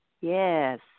Yes